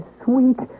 sweet